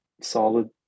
Solid